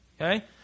okay